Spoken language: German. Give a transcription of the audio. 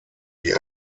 die